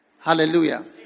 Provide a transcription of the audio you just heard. Hallelujah